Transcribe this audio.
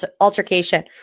altercation